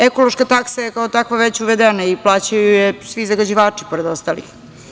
Ekološka taksa je kao takva već uvedena i plaćaju je svi zagađivači, pored ostalih.